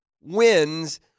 wins